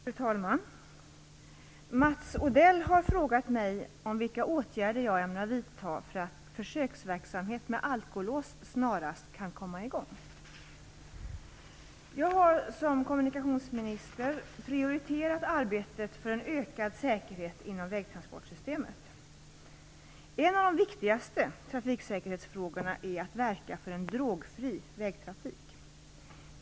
Fru talman! Mats Odell har frågat mig vilka åtgärder jag ämnar vidta för att försöksverksamhet med alkolås snarast skall kunna komma i gång. Jag har som kommunikationsminister prioriterat arbetet för en ökad säkerhet inom vägtransportsystemet. En av de viktigaste trafiksäkerhetsfrågorna är att verka för en drogfri vägtrafik.